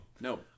no